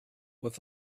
with